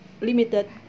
limited